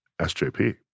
SJP